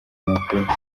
makuru